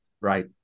Right